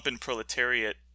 proletariat